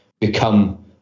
Become